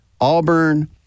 Auburn